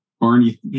Barney